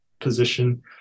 position